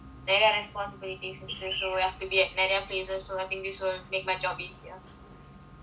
there are responsibilities so will have to be at நிறைய:niraiya places so I think this will make my job easier